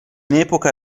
epoca